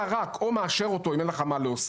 אתה רק מאשר אותו אם אין לך מה להוסיף.